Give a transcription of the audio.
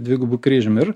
dvigubu kryžium ir